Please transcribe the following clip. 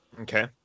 Okay